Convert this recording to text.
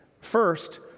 First